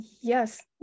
yes